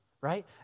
right